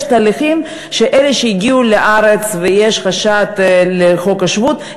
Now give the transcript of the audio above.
יש תהליכים שאלה שהגיעו לארץ ויש חשד מבחינת חוק השבות,